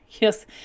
Yes